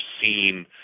seen